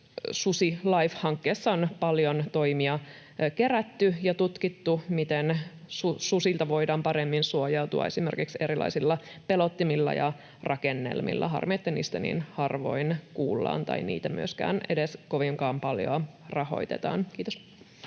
SusiLIFE-hankkeessa on paljon toimia kerätty ja tutkittu, miten susilta voidaan paremmin suojautua esimerkiksi erilaisilla pelottimilla ja rakennelmilla. Harmi, että niistä niin harvoin kuullaan tai niitä myöskään edes kovinkaan paljoa rahoitetaan. — Kiitos.